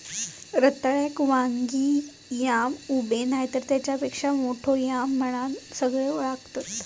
रताळ्याक वांगी याम, उबे नायतर तेच्यापेक्षा मोठो याम म्हणान सगळे ओळखतत